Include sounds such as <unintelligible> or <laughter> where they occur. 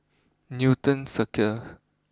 Newton <unintelligible>